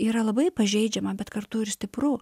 yra labai pažeidžiama bet kartu ir stipru